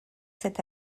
cet